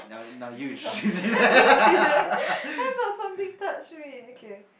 I didn't see that I thought something touched me